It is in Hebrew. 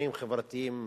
שבעניינים חברתיים